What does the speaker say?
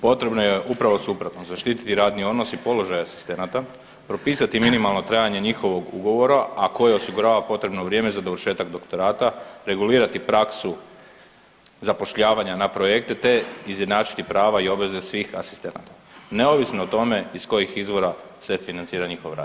Potrebno je upravo suprotno, zaštiti radni odnos i položaj asistenata, propisati minimalno trajanje njihovog ugovora, a koje osigurava potrebno vrijeme za završetak doktorata, regulirati praksu zapošljavanja na projekte te izjednačiti prava i obveze svih asistenata, neovisno o tome iz kojih izvora se financira njihov rad.